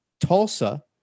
Tulsa